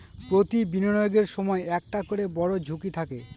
প্রতি বিনিয়োগের সময় একটা করে বড়ো ঝুঁকি থাকে